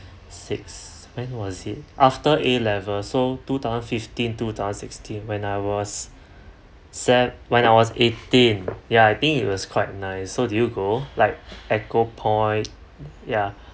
six when was it after A levels so two thousand fifteen two thousand sixteen when I was sec when I was eighteen yeah I think it was quite nice so did you go like eco point ya